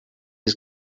his